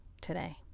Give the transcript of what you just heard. today